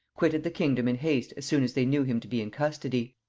quitted the kingdom in haste as soon as they knew him to be in custody.